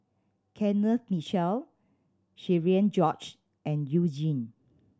Kenneth Mitchell Cherian George and You Jin